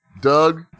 Doug